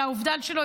על האובדן שלו,